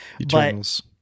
Eternals